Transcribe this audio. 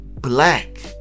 black